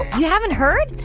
you haven't heard?